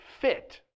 fit